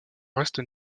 reste